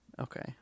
Okay